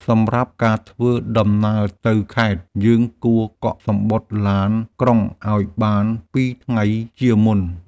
សម្រាប់ការធ្វើដំណើរទៅខេត្ត យើងគួរកក់សំបុត្រឡានក្រុងឱ្យបាន ២ ថ្ងៃជាមុន។